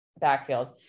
backfield